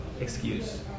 excuse